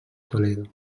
toledo